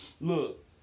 look